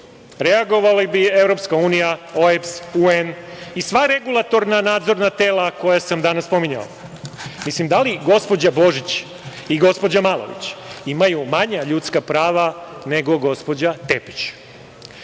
reagovala bi EU, OEPS, UN i sva regulatorna nadzorna tela koja sam danas pominjao. Da li gospođa Božić i gospođa Malović imaju manja ljudska prava nego gospođa Tepić? Kada